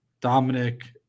Dominic